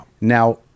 Now